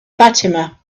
fatima